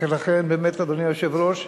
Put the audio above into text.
ולכן באמת, אדוני היושב-ראש,